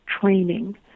training